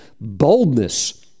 boldness